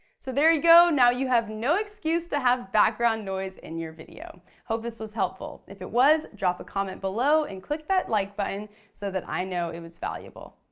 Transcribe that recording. so there you go. now you have no excuse to have background noise in your video. hope this was helpful. if it was, drop a comment below and click that like button so that i know it was valuable.